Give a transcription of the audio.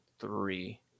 three